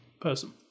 person